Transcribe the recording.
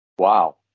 Wow